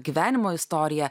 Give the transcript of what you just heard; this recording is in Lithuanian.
gyvenimo istoriją